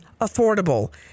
Affordable